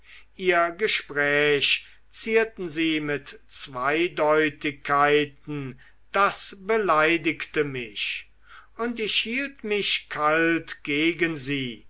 ihr gespräch zierten sie mit zweideutigkeiten das beleidigte mich und ich hielt mich kalt gegen sie